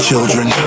Children